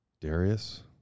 Darius